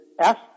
Ask